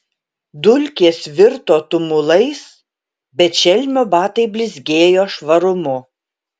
dulkės virto tumulais bet šelmio batai blizgėjo švarumu